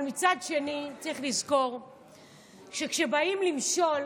אבל מצד שני, צריך לזכור שכשבאים למשול,